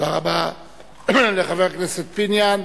תודה רבה לחבר הכנסת פיניאן.